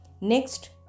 next